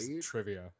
trivia